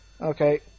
Okay